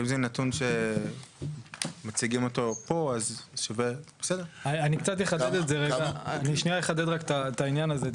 אבל אם זה נתון שמציגים אותו פה --- אני שנייה אחדד רק את העניין הזה,